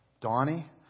Donnie